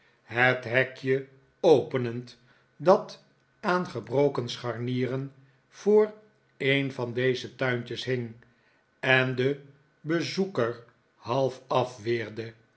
het hekje openend dat aan gebroken scharnieren voor een van deze tuintjes hing en den bezoeker half afweerde